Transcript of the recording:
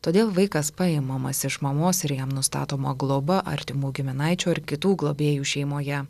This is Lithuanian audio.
todėl vaikas paimamas iš mamos ir jam nustatoma globa artimų giminaičių ar kitų globėjų šeimoje